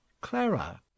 Clara